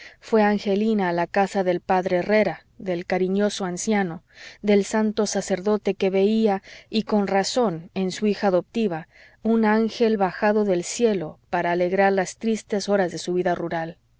fué angelina a la casa del p herrera del cariñoso anciano del santo sacerdote que veía y con razón en su hija adoptiva un ángel bajado del cielo para alegrar las tristes horas de su vida rural